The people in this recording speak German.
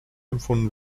empfunden